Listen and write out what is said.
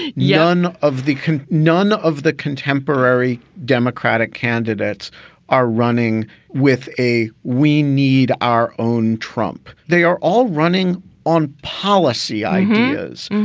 and young of the. none of the contemporary democratic candidates are running with a. we need our own trump. they are all running on policy ideas.